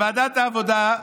לוועדת העבודה?